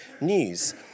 news